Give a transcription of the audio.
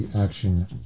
Action